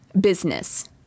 business